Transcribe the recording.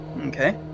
Okay